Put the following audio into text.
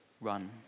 run